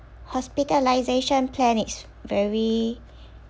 hospitalization plan it's very